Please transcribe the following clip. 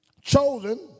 Chosen